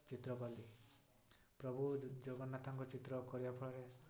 ଚିତ୍ର କଲି ପ୍ରଭୁ ଜଗନ୍ନାଥଙ୍କ ଚିତ୍ର କରିବା ଫଳରେ